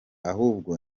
ahubwo